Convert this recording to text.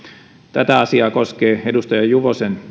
tätä asiaa koskee edustaja juvosen